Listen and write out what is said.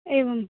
एवम्